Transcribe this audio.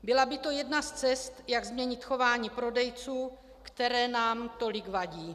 Byla by to jedna z cest, jak změnit chování prodejců, které nám tolik vadí.